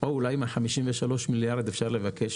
או אולי עם החמישים ושלוש מיליארד אפשר לבקש